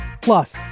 plus